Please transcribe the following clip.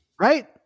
Right